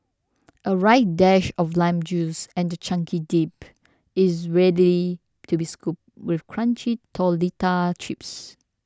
a right dash of lime juice and your chunky dip is ready to be scooped with crunchy tortilla chips